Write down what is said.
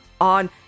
on